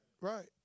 Right